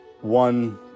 one